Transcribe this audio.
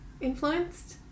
influenced